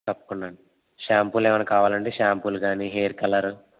తప్పకుండా అండి షాంపూలు ఏమన్న కావాలాండి షాంపూలు కానీ హెయిర్ కలరు